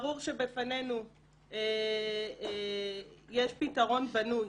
ברור שבפנינו יש פתרון בנוי.